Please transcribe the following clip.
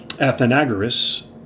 Athenagoras